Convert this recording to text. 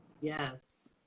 yes